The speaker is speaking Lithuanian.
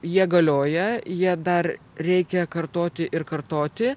jie galioja jie dar reikia kartoti ir kartoti